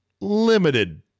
limited